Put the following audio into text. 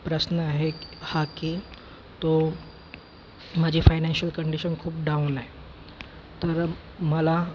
प्रश्न आहे हा की तो माझे फायनॅशियल कंडिशन खूप डाऊन आहे तर मला